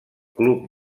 club